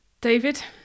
David